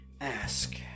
ask